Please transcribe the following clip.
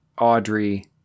Audrey